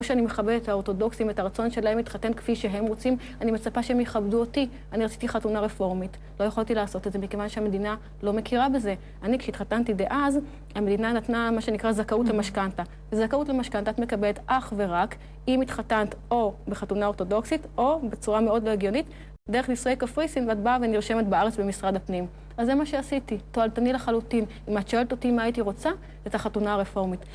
כמו שאני מכבד את האורתודוקסים, את הרצון שלהם להתחתן כפי שהם רוצים, אני מצפה שהם יכבדו אותי. אני רציתי חתונה רפורמית. לא יכולתי לעשות את זה, מכיוון שהמדינה לא מכירה בזה. אני, כשהתחתנתי דאז, המדינה נתנה מה שנקרא זכאות למשכנתא. זכאות למשכנתא, את מקבלת אך ורק, אם התחתנת או בחתונה אורתודוקסית, או בצורה מאוד לא הגיונית, דרך נישואי קפריסין, אם את באה ונרשמת בארץ במשרד הפנים. אז זה מה שעשיתי. תועלתני לחלוטין. אם את שואלת אותי מה הייתי רוצה, את החתונה הרפורמית.